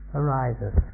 arises